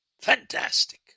fantastic